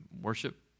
worship